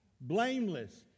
Blameless